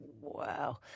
Wow